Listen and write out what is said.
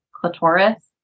clitoris